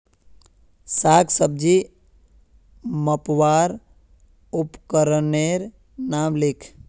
साग सब्जी मपवार उपकरनेर नाम लिख?